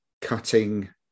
cutting